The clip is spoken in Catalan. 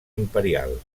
imperial